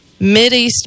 Mideast